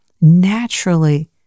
naturally